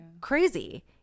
crazy